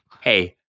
Hey